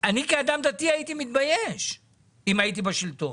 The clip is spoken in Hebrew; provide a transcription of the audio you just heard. אני כאדם דתי הייתי מתבייש אם הייתי בשלטון,